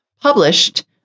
published